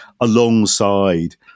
alongside